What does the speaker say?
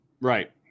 Right